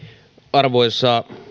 arvoisa